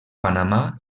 panamà